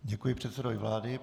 Děkuji předsedovi vlády.